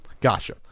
Gotcha